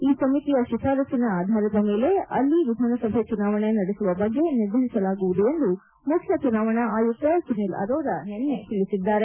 ಈ ಸಮಿತಿಯ ಶಿಫಾರಸ್ವನ ಆಧಾರದ ಮೇಲೆ ಅಲ್ಲಿ ವಿಧಾನಸಭೆ ಚುನಾವಣೆ ನಡೆಸುವ ಬಗ್ಗೆ ನಿರ್ಧರಿಸಲಾಗುವುದು ಎಂದು ಮುಖ್ಲಚುನಾವಣಾ ಆಯುಕ್ತ ಸುನಿಲ್ ಅರೋರ ನಿನ್ನೆ ತಿಳಿಸಿದ್ದಾರೆ